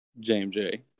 JMJ